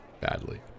badly